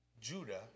Judah